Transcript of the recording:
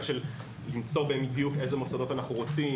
למצוא בדיוק איזה מוסדות אנחנו רוצים,